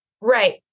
Right